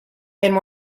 and